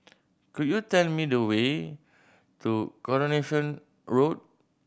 could you tell me the way to Coronation Road